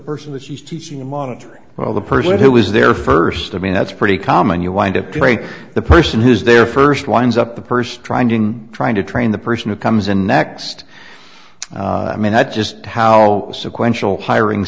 person that she's teaching and monitoring well the person who was there first i mean that's pretty common you wind up to the person who is there first winds up the person trying to trying to train the person who comes in next i mean that's just how the sequential hiring